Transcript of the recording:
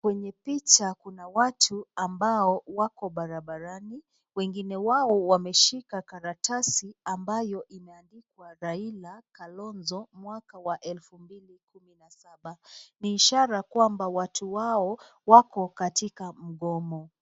Kwenye picha kuna watu ambao wako barabarani wengine wao wameshika karatasi, ambayo imeandikwa Raila Kalonzo, mwaka wa elfu mbili kumi na saba ishara kwamba watu wao wako katika mgomo.